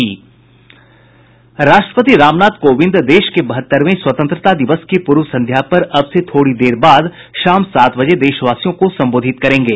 राष्ट्रपति रामनाथ कोविन्द देश के बहत्तरवें स्वतंत्रता दिवस की पूर्व संध्या पर अब से थोड़ी देर बाद शाम सात बजे देशवासियों को संबोधित करेंगे